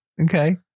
Okay